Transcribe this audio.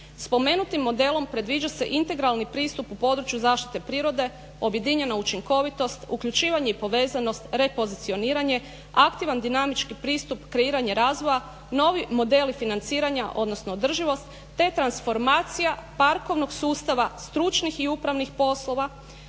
Spomenutim modelom predviđa se integralni pristup u području zaštite prirode, objedinjena učinkovitost, uključivanje i povezanost, repozicioniranje, aktivan dinamički pristup, kreiranje razvoja, novi modeli financiranja odnosno održivost te transformacija parkovnog sustava stručnih i upravnih poslova,